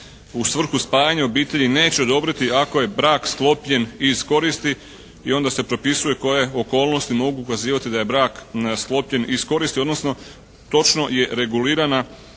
u svrhu spajanja obitelji neće odobriti ako je brak sklopljen iz koristi. I onda se propisuje koje okolnosti mogu ukazivati da je brak sklopljen iz koristi, odnosno točno je regulirana situacija